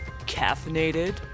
Caffeinated